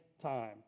time